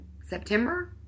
September